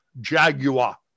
Jaguar